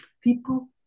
people